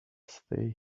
stay